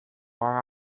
our